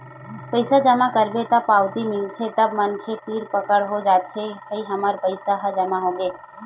पइसा जमा करबे त पावती मिलथे तब मनखे तीर पकड़ हो जाथे के भई हमर पइसा ह जमा होगे